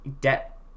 debt